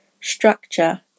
structure